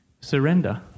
surrender